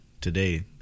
Today